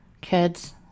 kids